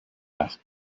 asked